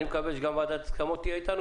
אני מקווה שוועדת ההסכמות תהיה אתנו,